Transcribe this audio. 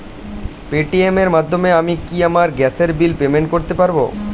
Paytm এর মাধ্যমে আমি কি আমার গ্যাসের বিল পেমেন্ট করতে পারব?